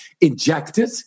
injected